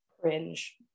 cringe